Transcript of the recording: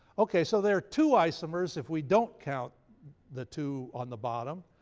okay, so there are two isomers, if we don't count the two on the bottom,